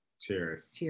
Cheers